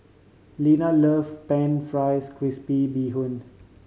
Linna love pan fries crispy bee hoon